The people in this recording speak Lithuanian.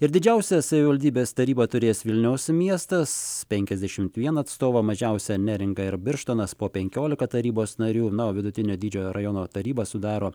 ir didžiausią savivaldybės tarybą turės vilniaus miestas penkiasdešimt vieną atstovą mažiausią neringa ir birštonas po penkiolika tarybos narių na o vidutinio dydžio rajono tarybą sudaro